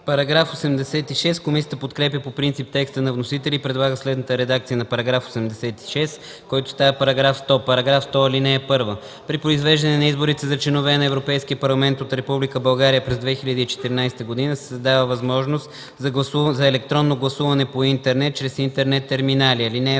ЦИПОВ: Комисията подкрепя по принцип текста на вносителя и предлага следната редакция на § 86, който става § 100: „§ 100. (1) При произвеждане на изборите за членове на Европейския парламент от Република България през 2014 г. се създава възможност за електронно гласуване по интернет чрез интернет терминали.